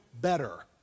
better